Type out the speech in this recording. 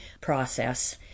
process